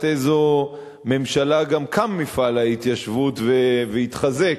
איזו ממשלה גם קם מפעל ההתיישבות והתחזק.